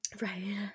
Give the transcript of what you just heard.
right